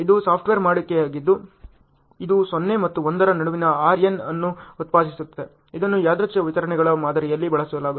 ಇದು ಸಾಫ್ಟ್ವೇರ್ ವಾಡಿಕೆಯಾಗಿದ್ದು ಇದು 0 ಮತ್ತು 1 ರ ನಡುವೆ RN ಅನ್ನು ಉತ್ಪಾದಿಸುತ್ತದೆ ಇದನ್ನು ಯಾದೃಚ್ ವಿತರಣೆಗಳ ಮಾದರಿಯಲ್ಲಿ ಬಳಸಲಾಗುತ್ತದೆ